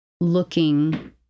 looking